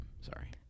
sorry